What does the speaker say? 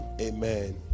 amen